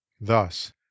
Thus